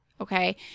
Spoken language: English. okay